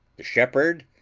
the shepherd,